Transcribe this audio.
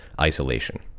isolation